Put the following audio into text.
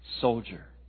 soldier